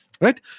right